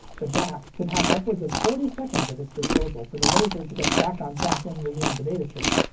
the dac could have upwards of forty seconds at its disposal for the laser to get back on track and resume the datastream.